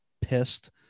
pissed